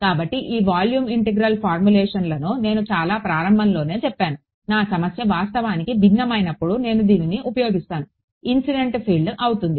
కాబట్టి ఈ volume integral ఫార్ములేషన్లను నేను చాలా ప్రారంభంలోనే చెప్పాను నా సమస్య వాస్తవానికి భిన్నమైనప్పుడు నేను దీనిని ఉపయోగిస్తాను ఇన్సిడెంట్ ఫీల్డ్ అవుతుంది